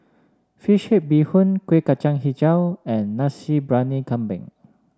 fish head Bee Hoon Kuih Kacang hijau and Nasi Briyani Kambing